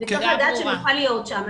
צריך לדעת שנוכל להיות שם.